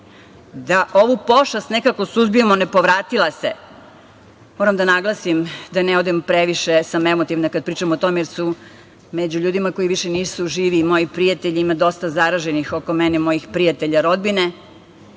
Da ovu pošast nekako suzbijemo, ne povratila se. Moram da naglasim, da ne odem previše, jer, emotivna sam kad pričam o tome, među ljudima koji više nisu živi su i moji prijatelji, ima dosta zaraženih oko mene, mojih prijatelja i rodbine,